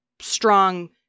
strong